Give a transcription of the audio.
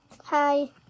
Hi